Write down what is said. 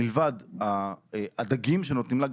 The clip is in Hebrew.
מלבד הדגים שנותנים לה,